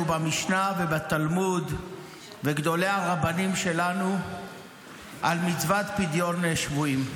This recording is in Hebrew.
במשנה ובתלמוד וגדולי הרבנים שלנו על מצוות פדיון שבויים.